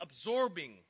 absorbing